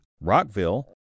Rockville